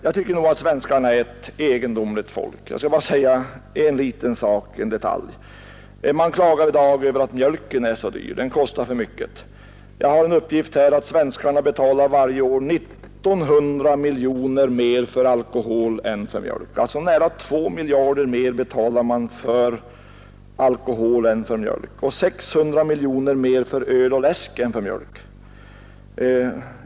Jag tycker att svenskarna är ett egendomligt folk. Jag skall bara säga en liten sak. Man klagar i dag över att mjölken är så dyr — den kostar för mycket. Jag har en uppgift som säger att svenskarna betalar varje år 1 900 miljoner mer för alkohol än för mjölk — man betalar alltså nära 2 miljarder mer för alkohol än för mjölk. Och 600 miljoner mer betalar man för öl och läskedrycker än för mjölk.